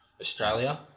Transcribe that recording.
Australia